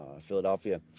Philadelphia